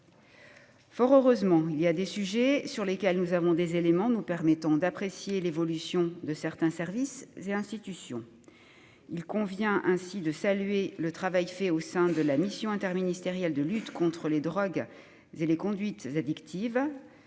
Fort heureusement, il est aussi des sujets sur lesquels nous disposons d'éléments nous permettant d'apprécier l'évolution de certains services et institutions. Il convient ainsi de saluer le travail effectué au sein de la Mission interministérielle de lutte contre les drogues et les conduites addictives,